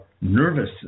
nervous